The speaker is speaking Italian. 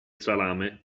salame